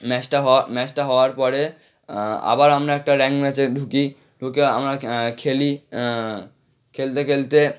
ম্যাচটা হওয়া ম্যাচটা হওয়ার পরে আবার আমরা একটা র্যাঙ্ক ম্যাচে ঢুকি ঢুকে আমরা খেলি খেলতে খলতে